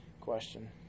question